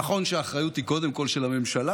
נכון שהאחריות היא קודם כול של הממשלה,